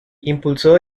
impulsó